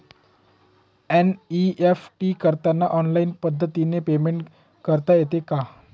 NEFT करताना online पद्धतीने payment करता येते का?